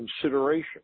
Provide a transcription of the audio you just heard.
consideration